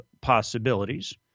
possibilities